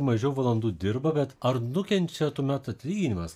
mažiau valandų dirba bet ar nukenčia tuomet atlyginimas